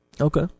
Okay